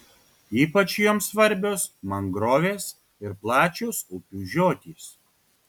ypač joms svarbios mangrovės ir plačios upių žiotys